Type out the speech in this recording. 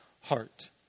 heart